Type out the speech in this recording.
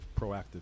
proactive